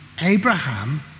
Abraham